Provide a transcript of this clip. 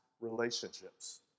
relationships